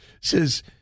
says